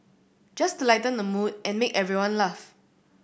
just to lighten the mood and make everyone laugh